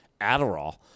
Adderall